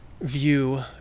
view